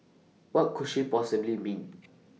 what could she possibly mean